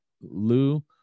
Lou